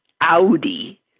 Audi